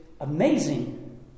amazing